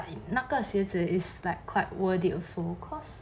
那个鞋子 is like quite worth it also cause